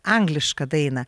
anglišką dainą